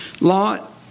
Lot